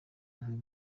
ubu